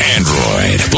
Android